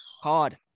Hard